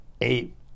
eight